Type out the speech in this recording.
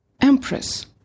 empress